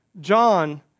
John